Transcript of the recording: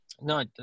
No